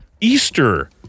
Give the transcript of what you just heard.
Easter